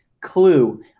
Clue